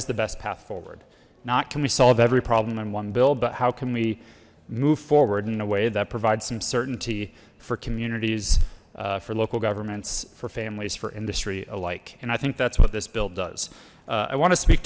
is the best path forward not can we solve every problem in one bill but how can we move forward in a way that provides some certainty for communities for local governments for families for industry alike and i think that's what this bill does i want to speak